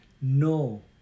no